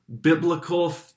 biblical